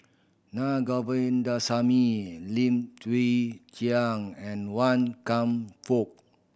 Na Govindasamy Lim Chwee Chian and Wan Kam Fook